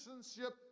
citizenship